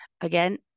Again